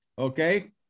Okay